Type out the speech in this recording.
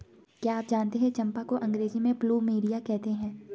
क्या आप जानते है चम्पा को अंग्रेजी में प्लूमेरिया कहते हैं?